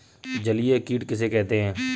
जलीय कीट किसे कहते हैं?